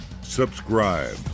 subscribe